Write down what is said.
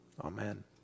Amen